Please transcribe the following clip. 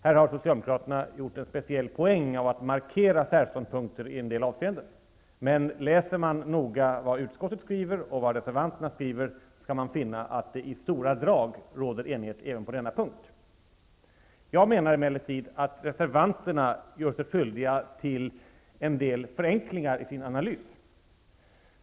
Här har Socialdemokraterna velat ta en speciell poäng genom att markera sina ståndpunkter i en del avseenden. Men om man noga läser vad utskottet skriver och vad reservanterna skriver skall man finna att det i stora drag råder enighet även på denna punkt. Jag anser emellertid att reservanterna gör sig skyldiga till en del förenklingar i sin analys.